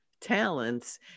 talents